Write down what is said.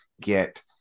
get